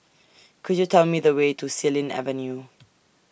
Could YOU Tell Me The Way to Xilin Avenue